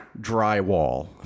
drywall